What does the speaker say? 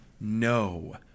no